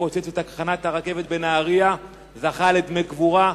שהתפוצץ בתחנת הרכבת בנהרייה זכה לדמי קבורה.